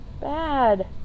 Bad